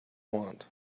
want